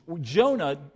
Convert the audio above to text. Jonah